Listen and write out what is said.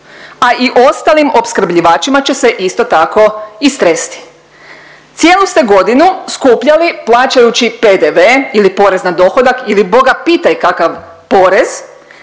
a i ostalim opskrbljivačima će se isto tako istresti. Cijelu ste godinu skupljali plaćajući PDV ili porez na dohodak ili boga pitaj kakav porez